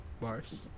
bars